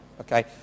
Okay